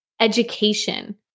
education